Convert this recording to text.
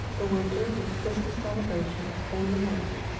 the winter, with christmas celebrations, came and went,